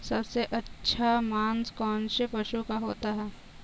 सबसे अच्छा मांस कौनसे पशु का होता है?